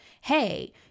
hey